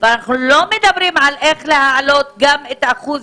ואנחנו לא מדברים על איך להעלות גם את אחוז